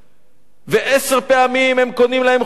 ועשר פעמים הם קונים להם חולצה,